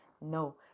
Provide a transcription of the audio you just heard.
no